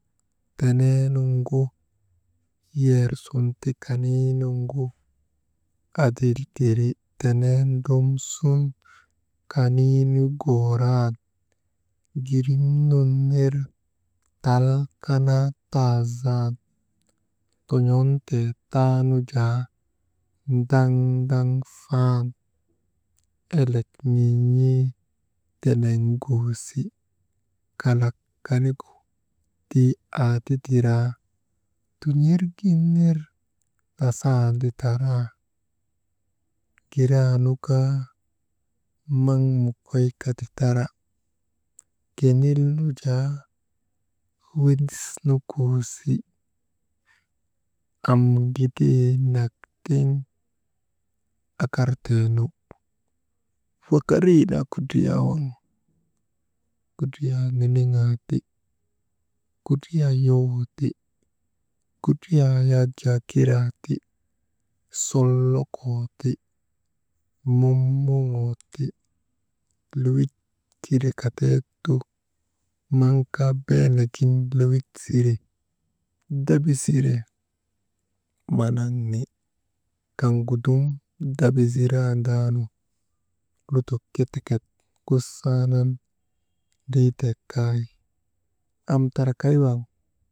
Tenee nuŋgu yer sun ti kaniinuŋgu adiltiri tenen ndromsun kaniinu gooran girim nun ner tal kanaa taazan ton̰on teetaanu jaa daŋdaŋ fan elek mii n̰ee deleŋ goosi, kalak kanigu tii aa ti tiara tun̰ergin ner tasandi tara, giraanu kaa maŋ mokoykati tara, kilnil nu jaa windisnu koosi, am gideenak tiŋ akarteenu, wakarii naa kudriyaa waŋ kudriyaa niniŋan ti kudriyaa yowoo ti kudriyaa yak jaakiraa ti, solokoo ti momoŋoo ti, lewit tiraka deeti maŋ kaa Beenak gin lewik sire daba sire, manaŋni, kaŋgu dum dabizirandaanu lutok ke tekek kusaanan driitek kay, am tara kay waŋ.